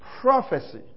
Prophecy